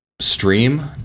stream